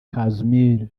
casmir